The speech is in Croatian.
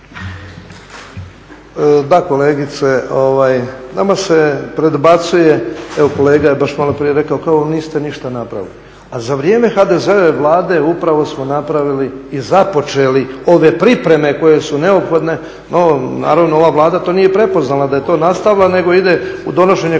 Da kolegice nama se predbacuje, evo kolega je baš malo prije rekao kao niste ništa napravili. A za vrijeme HDZ-ove Vlade upravo smo napravili i započeli ove pripreme koje su neophodne no naravno ova Vlada to nije prepoznala da je to nastavila nego ide u donošenje